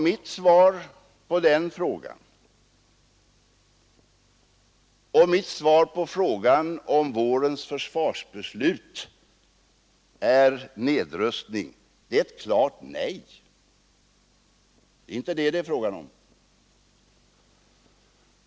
Mitt svar på den frågan och mitt svar på frågan om vårens försvarsbeslut innebär en nedrustning är ett klart nej. Det är inte fråga om något sådant.